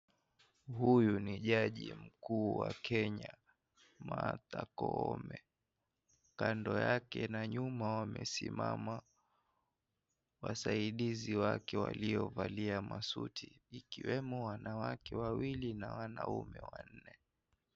Huyu ni jaji mkuu wa Kenya, Martha Koome. Kando yake na kina nyuma wamesimama wasaidizi wake waliovalia masuti ikiwemo wanawake wawili na wanaume wanne.